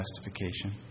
justification